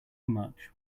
much